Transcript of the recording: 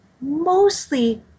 mostly